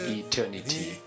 eternity